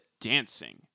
dancing